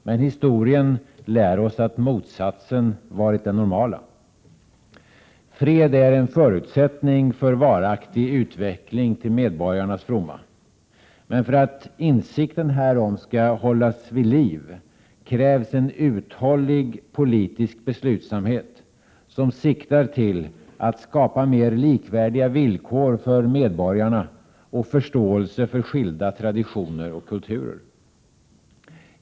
Men historien lär oss att motsatsen varit det normala. 15 Fred är en förutsättning för varaktig utveckling till medborgarnas fromma. Men för att insiken härom skall hållas vid liv krävs en uthållig politisk beslutsamhet, som siktar till att skapa mer likvärdiga villkor för medborgarna och förståelse för skilda traditioner och kulturer.